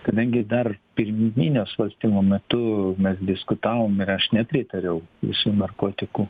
kadangi dar pirminio svarstymo metu mes diskutavome ir aš nepritariau visų narkotikų